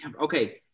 Okay